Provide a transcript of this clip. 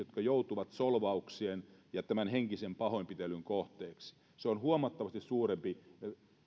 jotka joutuvat solvauksien ja tämän henkisen pahoinpitelyn kohteeksi se on huomattavasti suurempi